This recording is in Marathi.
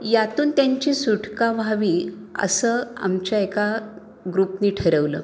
यातून त्यांची सुटका व्हावी असं आमच्या एका ग्रुपनी ठरवलं